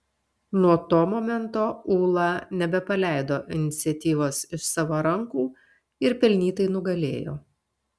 nuo to momento ūla nebepaleido iniciatyvos iš savo rankų ir pelnytai nugalėjo